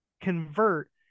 convert